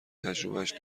تجربهاش